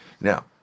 now